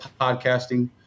podcasting